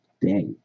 day